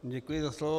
Děkuji za slovo.